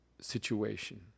situation